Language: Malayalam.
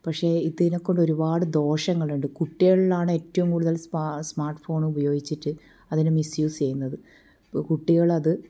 പക്ഷെ ഇതിനെ കൊണ്ട് ഒരുപാട് ദോഷങ്ങളുണ്ട് കുട്ടികളിലാണ് ഏറ്റവും കൂടുതൽ സ്മാ സ്മാർട്ട് ഫോൺ ഉപയോഗിച്ചിട്ട് അതിനെ മിസ്യൂസ് ചെയ്യുന്നത് ഇപ്പോൾ കുട്ടികളത്